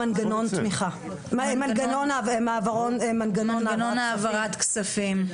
מנגנון העברת כספים.